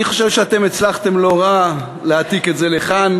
אני חושב שאתם הצלחתם לא רע להעתיק את זה לכאן.